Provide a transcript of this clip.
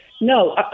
No